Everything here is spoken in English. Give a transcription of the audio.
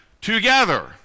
together